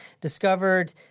discovered